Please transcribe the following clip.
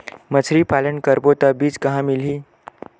मछरी पालन करबो त बीज कहां मिलही?